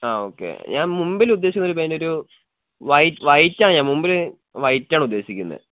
ആ ഓക്കെ ഞാൻ മുമ്പിൽ ഉദ്ദേശിക്കുന്ന ഒരു പെയിൻ്റൊരു വൈറ്റാണ് ഞാൻ മുമ്പിൽ വൈറ്റാണ് ഉദ്ദേശിക്കുന്നത്